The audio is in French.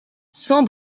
cent